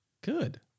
good